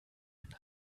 namen